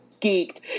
geeked